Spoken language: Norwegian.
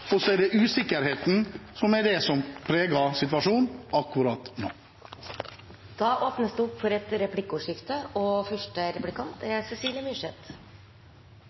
og så er det usikkerheten som er det som preger situasjonen akkurat nå. Det blir replikkordskifte. Jeg hørte ingenting om en av de store utfordringene akkurat nå, og